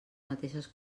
mateixes